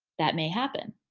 that may happen,